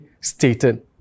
stated